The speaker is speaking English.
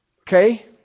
Okay